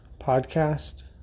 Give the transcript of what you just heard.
Podcast